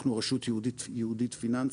אנחנו רשות יהודית פיננסית,